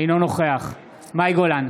אינו נוכח מאי גולן,